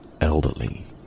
elderly